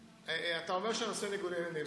אתה אומר שהנושא הוא ניגודי עניינים.